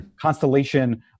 constellation